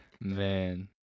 Man